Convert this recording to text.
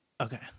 Okay